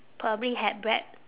probably have bread